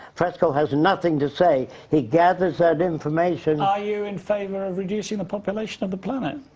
fresco has nothing to say. he gathers that information. are you in favor of reducing the population of the planet,